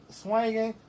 swinging